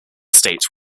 state